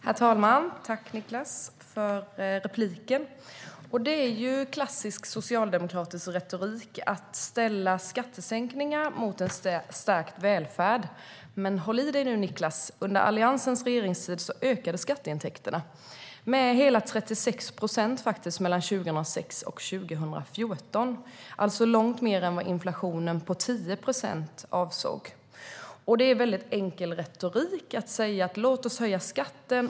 Herr talman! Jag tackar Niklas Karlsson för repliken. Det är klassisk socialdemokratisk retorik att ställa skattesänkningar mot en stärkt välfärd. Men håll i dig nu, Niklas! Under Alliansens regeringstid ökade skatteintäkterna med hela 36 procent mellan 2006 och 2014, alltså långt mer än vad inflationen på 10 procent avsåg. Det är mycket enkel retorik att säga: Låt oss höja skatten.